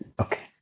Okay